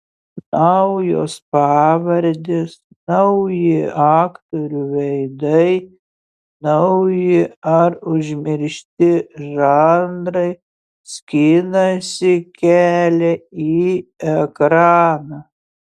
naujos pavardės nauji aktorių veidai nauji ar užmiršti žanrai skinasi kelią į ekraną